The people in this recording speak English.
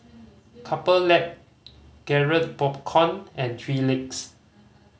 Couple Lab Garrett Popcorn and Three Legs